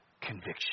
Conviction